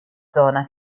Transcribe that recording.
zona